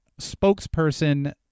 spokesperson